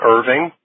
Irving